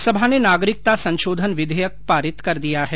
लोकसभा ने नागरिकता संशोधन विधेयक पारित कर दिया है